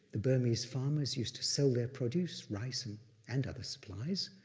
the burmese farmers used to sell their produce, rice and and other supplies,